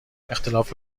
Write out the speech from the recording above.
اختلاف